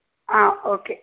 okay